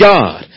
God